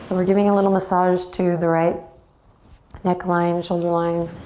but we're giving a little massage to the right neck line, shoulder line,